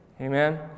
Amen